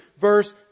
verse